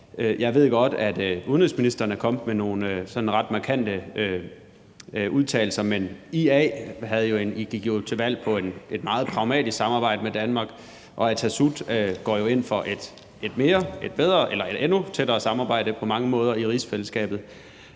Jeg ved godt, at udenrigsministeren er kommet med nogle sådan ret markante udtalelser, men IA gik jo til valg på et meget pragmatisk samarbejde med Danmark, og Atassut går jo ind for et endnu tættere samarbejde på mange måder i rigsfællesskabet.